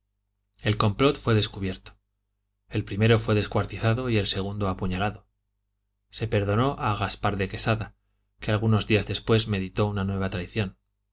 el complot fué descubierto el primero fué descuartizado y el segundo apuñalado se perdonó a gaspar de quesada que algunos días después meditó una nueva traición